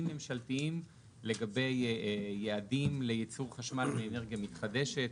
ממשלתיים לגבי יעדים לייצור חשמל באנרגיה מתחדשת.